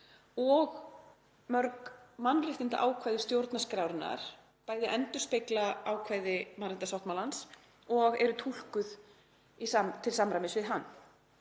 og mörg mannréttindaákvæði stjórnarskrárinnar bæði endurspegla ákvæði mannréttindasáttmálans og eru túlkuð til samræmis við hann.